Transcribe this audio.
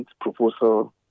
proposal